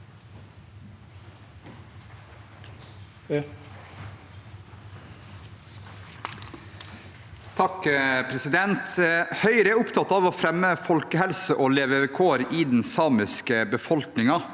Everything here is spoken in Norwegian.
(H) Høyre er opptatt av å fremme folkehelse og levekår i den samiske befolkningen,